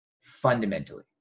fundamentally